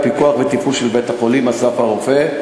בפיקוח ובתפעול של בית-החולים "אסף הרופא",